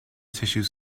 tissues